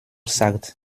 sagt